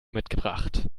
mitgebracht